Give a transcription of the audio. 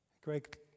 Greg